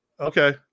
okay